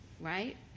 right